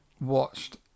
watched